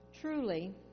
Truly